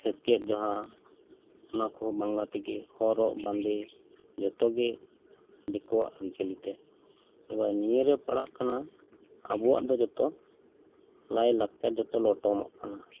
ᱥᱮᱪᱮᱫ ᱡᱟᱦᱟᱸ ᱚᱱᱟ ᱠᱚᱦᱚᱸ ᱵᱟᱝᱞᱟ ᱛᱮᱜᱮ ᱦᱚᱨᱚᱜ ᱵᱟᱸᱫᱮ ᱡᱷᱚᱛᱚᱜᱮ ᱫᱮᱠᱳᱣᱟᱜ ᱟᱨᱤᱪᱟᱞᱤ ᱛᱮ ᱮᱵᱟᱨ ᱱᱤᱭᱟᱹᱨᱮ ᱯᱟᱲᱟᱜ ᱠᱟᱱᱟ ᱟᱵᱚᱣᱟᱜ ᱫᱚ ᱡᱷᱚᱛᱚ ᱞᱟᱭ ᱞᱟᱠᱪᱟᱨ ᱡᱷᱚᱛᱚ ᱞᱚᱴᱚᱢᱚᱜ ᱠᱟᱱᱟ